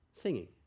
singing